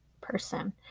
person